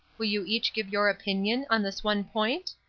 will you each give your opinion on this one point?